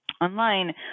online